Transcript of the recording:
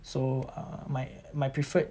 so err my my preferred